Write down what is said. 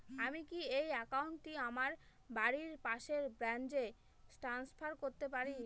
আমি কি এই একাউন্ট টি আমার বাড়ির পাশের ব্রাঞ্চে ট্রান্সফার করতে পারি?